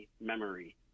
memory